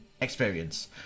experience